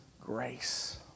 grace